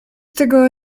tego